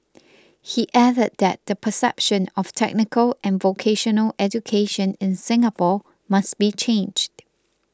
he added that the perception of technical and vocational education in Singapore must be changed